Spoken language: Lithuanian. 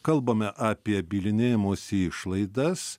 kalbame apie bylinėjimosi išlaidas